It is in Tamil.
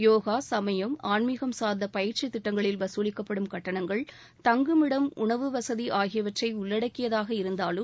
யோகா சமயம் ஆன்மீகம் சார்ந்த பயிற்சித் திட்டங்களில் வசூலிக்கப்படும் கட்டணங்கள் தங்குமிடம் உணவு வசதி ஆகியவற்றை உள்ளடக்கியதாக இருந்தாலும்